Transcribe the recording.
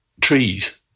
trees